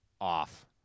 off